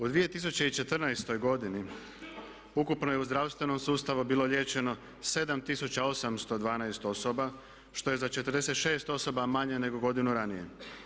U 2014. godini ukupno je u zdravstvenom sustavu bilo liječeno 7812 osoba što je za 46 osoba manje nego godinu ranije.